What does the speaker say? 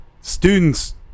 Students